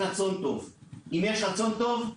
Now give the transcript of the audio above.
אם יש רצון טוב,